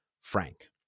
Frank